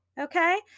okay